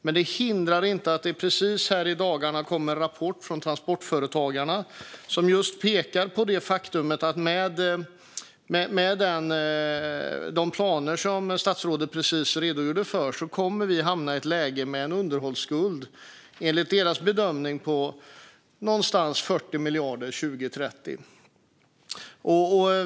Men det hindrade inte att det precis i dagarna kom en rapport från Transportföretagarna som just pekar på det faktum att med de planer som statsrådet precis redogjorde för kommer vi att hamna i ett läge med en underhållsskuld, enligt deras bedömning, på omkring 40 miljarder 2030.